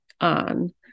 on